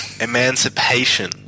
Emancipation